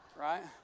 Right